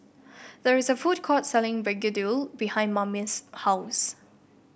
there is a food court selling begedil behind Mamie's house